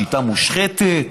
השיטה מושחתת,